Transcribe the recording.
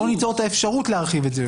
באו ניצור את האפשרות להרחיב את זה יותר.